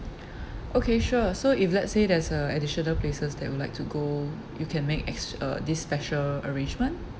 okay sure so if let's say there's uh additional places that we'd like to go you can make ex~ uh this special arrangement